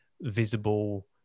visible